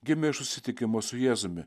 gimė iš susitikimo su jėzumi